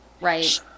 Right